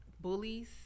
bullies